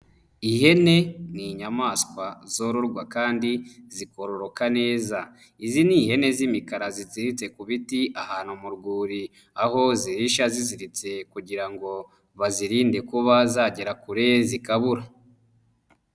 Ihene ni inyamaswa zororwa kandi zikororoka neza, izi ni ihene z'imikara ziziritse ku biti ahantu mu rwuri, aho zihisha ziziritse kugira ngo bazirinde kuba zagera kure zikabura.